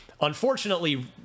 unfortunately